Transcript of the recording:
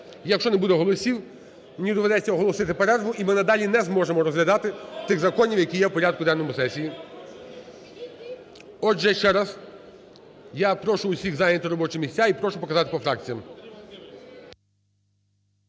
Якщо не буде голосів, мені доведеться оголосити перерви, і ми надалі не зможемо розглядати тих законів, які є в порядку денному сесії. Отже, ще раз я прошу усіх зайняти робочі місця і прошу показати по фракціях.